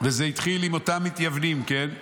וזה התחיל עם אותם מתייוונים, כן?